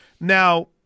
Now